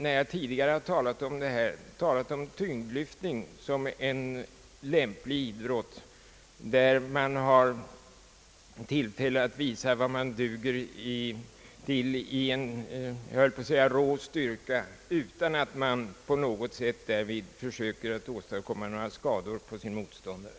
När jag tidigare talat om detta ämne har jag framhållit tyngdlyftningen såsom en lämplig idrott, i vilken man har tillfälle att visa vad man duger till i fråga om rå styrka utan att man därvid på något sätt försöker åstadkomma några skador på sin motståndare.